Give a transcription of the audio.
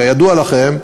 כידוע לכם,